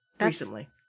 recently